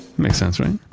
makes sense,